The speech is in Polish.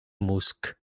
mózg